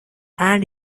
and